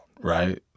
right